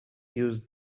use